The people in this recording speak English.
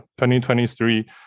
2023